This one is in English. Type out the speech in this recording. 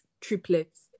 triplets